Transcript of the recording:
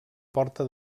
porta